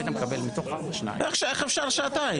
איך אפשר שעתיים?